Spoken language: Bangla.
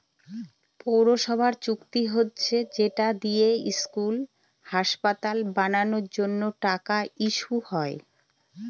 পৌরসভার চুক্তি হচ্ছে যেটা দিয়ে স্কুল, হাসপাতাল বানানোর জন্য টাকা ইস্যু হয়